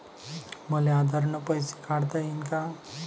मले आधार न पैसे काढता येईन का?